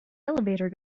elevator